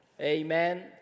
Amen